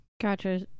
gotcha